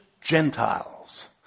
Gentiles